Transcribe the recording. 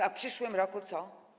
A w przyszłym roku co?